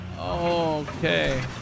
Okay